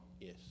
Yes